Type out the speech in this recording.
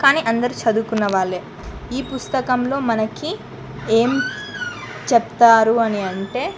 కానీ అందరూ చదువుకున్న వాళ్ళే ఈ పుస్తకంలో మనకి ఏం చెప్తారు అని అంటే